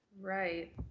right